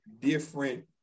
different